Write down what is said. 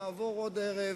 נעבור עוד ערב.